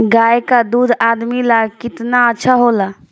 गाय का दूध आदमी ला कितना अच्छा होला?